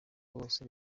bose